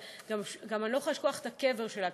אבל אני גם לא יכולה לשכוח את הקבר שלה,